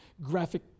graphic